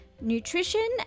nutrition